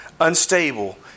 unstable